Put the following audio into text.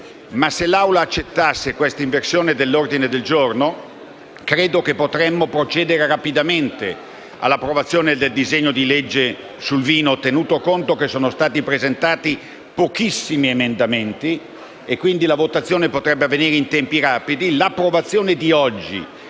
l'Assemblea accettasse l'inversione dell'ordine del giorno, credo che potremmo procedere rapidamente all'approvazione del disegno di legge sul vino, tenuto conto che sono stati presentati pochissimi emendamenti e, quindi, la votazione potrebbe avvenire in tempi rapidi.